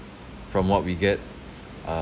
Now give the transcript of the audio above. from what we get uh